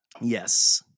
Yes